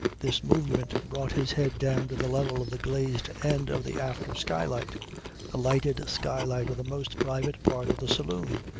this movement brought his head down to the level of the glazed end of the after skylight the lighted skylight of the most private part of the saloon,